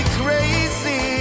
crazy